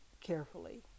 carefully